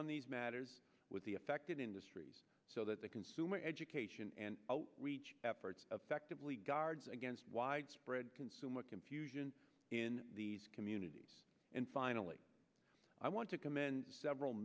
on these matters with the affected industries so that the consumer education and outreach efforts affectively guards against widespread consumer confusion in these communities and finally i want to commend several